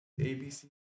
abc